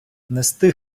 нести